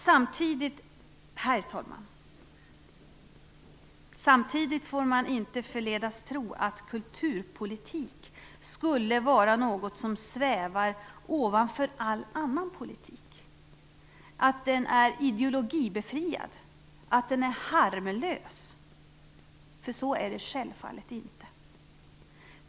Samtidigt får man inte förledas tro att kulturpolitik skulle vara något som svävar ovanför all annan politik, att den är ideologibefriad eller att den är harmlös. Så är det självfallet inte.